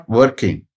working